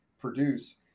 produce